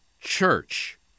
Church